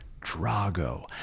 Drago